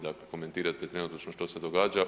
Dakle, komentirate trenutačno što se događa.